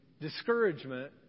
discouragement